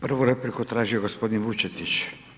Prvu repliku tražio je gospodin Vučetić.